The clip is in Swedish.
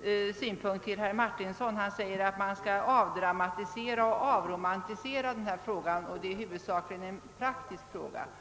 med anledning av herr Martinssons anförande. Han säger att man skall avdramatisera och avromantisera denna fråga och att det huvudsakligen är en praktisk angelägenhet.